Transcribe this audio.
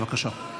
בבקשה.